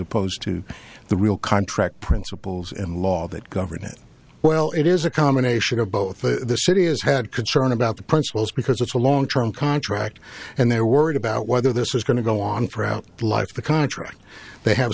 opposed to the real contract principals in law that govern it well it is a combination of both the city has had concern about the principals because it's a long term contract and they're worried about whether this is going to go on for out like the contract they have